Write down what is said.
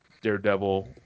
Daredevil